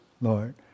Lord